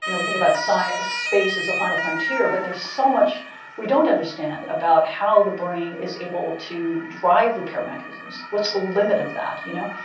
you know we think about space as a final frontier, but there's so much we don't understand about how the brain is able to drive repair mechanisms. what's the limit of that, you know?